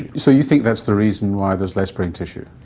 so you think that's the reason why there's less brain tissue?